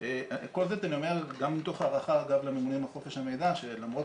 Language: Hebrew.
כל זאת אני אומר גם מתוך הערכה אגב לממונים על חופש המידע שלמרות